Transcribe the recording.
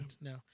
no